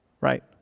right